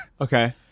Okay